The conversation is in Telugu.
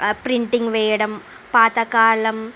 ఆ ప్రింటింగ్ వేయడం పాతకాలం